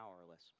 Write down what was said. powerless